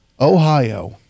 Ohio